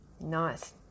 Nice